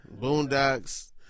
Boondocks